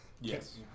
Yes